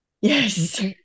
Yes